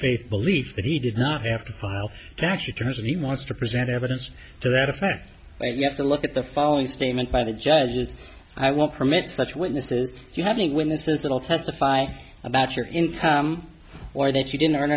faith belief that he did not have to file tax returns and he wants to present evidence to that effect but you have to look at the following statement by the judges i won't permit such witnesses you have any witnesses at all testifying about your income or that you didn't ear